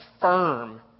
firm